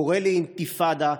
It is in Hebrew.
קורא לאינתיפאדה,